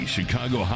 Chicago